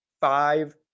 five